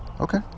Okay